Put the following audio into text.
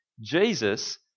Jesus